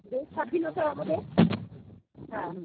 দেশ স্বাধীনতায় আমাদের হ্যাঁ